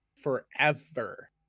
forever